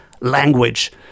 language